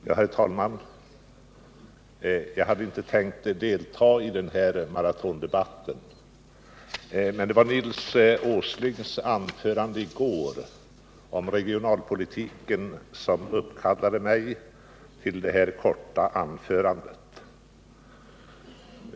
Herr talman! Jag hade inte tänkt delta i den här maratondebatten, men Nils Åslings anförande i går om regionalpolitiken uppkallar mig till ett kort anförande.